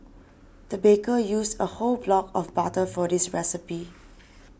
the baker used a whole block of butter for this recipe